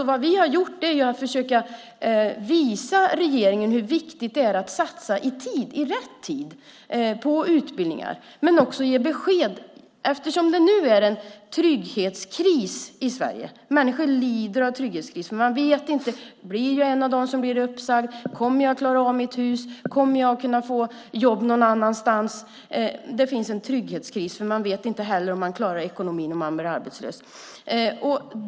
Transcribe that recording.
Vad vi har gjort är att försöka visa regeringen hur viktigt det är att i rätt tid satsa på utbildningar men också att ge besked. Nu är det trygghetskris i Sverige. Människor lider av trygghetskris. Man vet inte hur det blir. Kommer jag att bli en av dem som blir uppsagda? Kommer jag att klara mitt hus? Kommer jag att kunna få jobb någon annanstans? Det finns en trygghetskris, och man vet inte heller om man klarar ekonomin om man blir arbetslös.